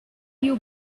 you